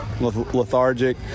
Lethargic